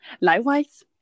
likewise